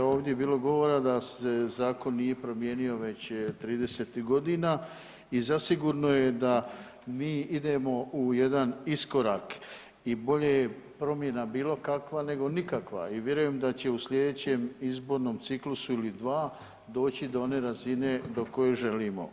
Ovdje je bilo govora da se zakon nije promijenio već 30 godina i zasigurno je da mi idemo u jedan iskorak i bolje je promjena bilo kakva nego nikakva i vjerujem da će u sljedećem izbornom ciklusu ili dva doći do one razine do koje želimo.